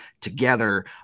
together